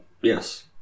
yes